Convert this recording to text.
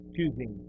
Choosing